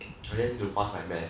I'm just need to pass my math